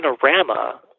panorama